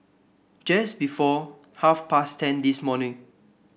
just before half past ten this morning